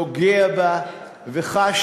נוגע בה וחש